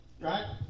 right